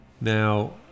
Now